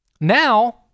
now